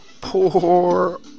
poor